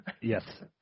Yes